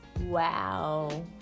wow